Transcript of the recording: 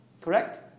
Correct